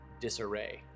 disarray